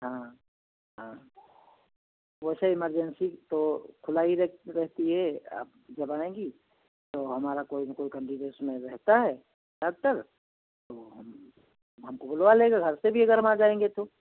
हाँ हाँ वैसे इमरजेंसी तो खुला ही रह रहता है आप जब आएंगी तो हमारा कोई ना कैंडिडेट उसमें रहता है डॉक्टर तो हम हमको बुलवा लेगा घर पर भी अगर हम आ जाएंगे तो